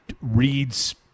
reads